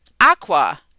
Aqua